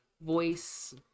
voice